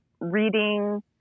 reading